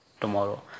tomorrow